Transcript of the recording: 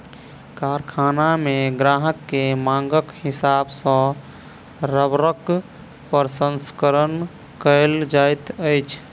कारखाना मे ग्राहक के मांगक हिसाब सॅ रबड़क प्रसंस्करण कयल जाइत अछि